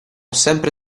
sempre